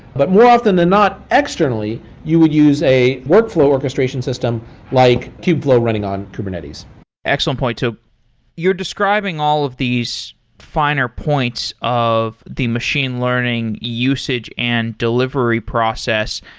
but more often than not, externally you would use a workflow orchestration system like kubeflow running on kubernetes excellent point. you're describing all of these finer points of the machine learning usage and delivery process.